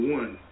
one